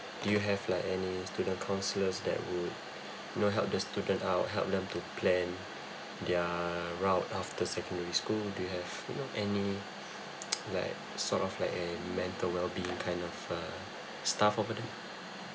do you have like any student counsellors that would you know help the student out help them to plan their route after secondary school do you have you know any like sort of like any mental well being kind of uh stuff over there